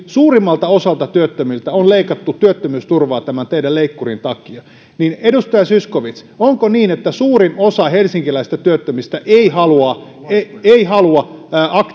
suurimmalta osalta helsinkiläisiäkin työttömiä on leikattu työttömyysturvaa tämän teidän leikkurinne takia edustaja zyskowicz onko niin että suurin osa helsinkiläisistä työttömistä ei ei halua